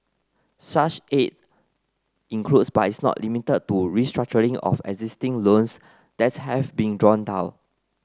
such aid includes but is not limited to restructuring of existing loans that have been drawn down